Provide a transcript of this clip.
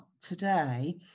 today